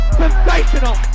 sensational